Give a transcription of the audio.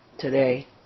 Today